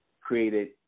created